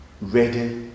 ready